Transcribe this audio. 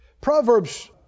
Proverbs